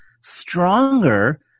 stronger